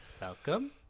Welcome